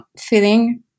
feeling